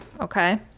okay